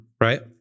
right